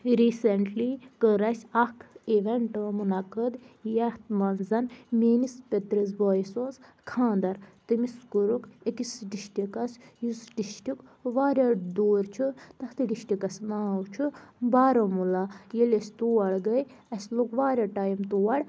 recently کٔر اَسہِ اَکھ اِوٮ۪نٹہٕ مُنعقد یَتھ منٛز زَن میٛٲنِس پِترِس بٲیِس اوس خانٛدَر تٔمِس کوٚرُکھ أکِس ڈِسٹرکَس یُس ڈِسٹرک واریاہ دوٗر چھُ تَتھ ڈِسٹرکَس ناو چھُ بارہمُلا ییٚلہِ أسۍ تور گٔے اَسہِ لوٚگ واریاہ ٹایِم تور